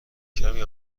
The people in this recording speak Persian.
کمی